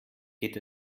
geht